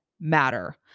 matter